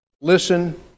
Listen